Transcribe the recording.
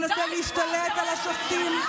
מנסה להשתלט על השופטים,